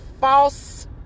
false